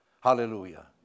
Hallelujah